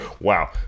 Wow